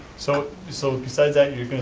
so so besides that, you gonna,